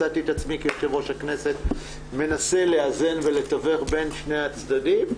מצאתי את עצמי כיו"ר הכנסת מנסה לאזן ולתווך בין שני הצדדים,